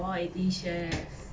orh Eighteen Chef